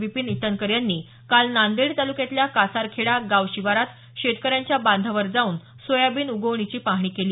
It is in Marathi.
विपीन इटनकर यांनी काल नांदेड तालुक्यातल्या कासारखेडा गाव शिवारात शेतकऱ्यांच्या बांधावर जाऊन सोयाबीन उगवणीची पाहणी केली